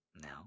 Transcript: Now